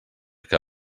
que